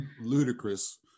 ludicrous